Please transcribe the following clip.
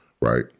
right